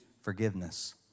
forgiveness